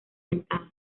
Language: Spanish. dentadas